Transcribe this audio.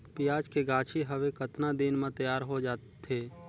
पियाज के गाछी हवे कतना दिन म तैयार हों जा थे?